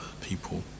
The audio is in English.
people